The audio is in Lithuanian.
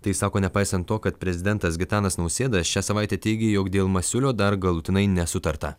tai sako nepaisant to kad prezidentas gitanas nausėda šią savaitę teigė jog dėl masiulio dar galutinai nesutarta